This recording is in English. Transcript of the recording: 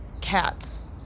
cats